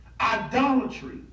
idolatry